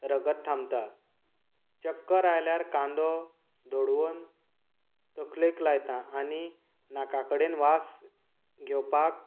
रगत थांबता चक्कर आयल्यार कांदो धोडवन तकलेक लायता आनी नाका कडेन वास घेवपाक